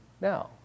now